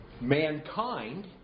mankind